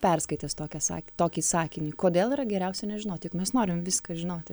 perskaitęs tokią sak tokį sakinį kodėl yra geriausia nežinot juk mes norim viską žinoti